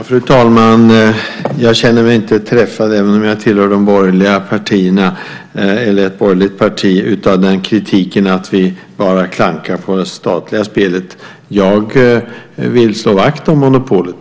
Fru talman! Även om jag tillhör ett borgerligt parti känner jag mig inte träffad av kritiken om att vi bara klankar på det statliga spelet. Jag vill slå vakt om monopolet.